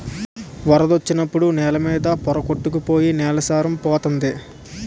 వరదొచ్చినప్పుడు నేల మీద పోర కొట్టుకు పోయి నేల సారం పోతంది